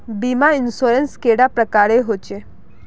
बीमा इंश्योरेंस कैडा प्रकारेर रेर होचे